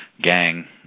gang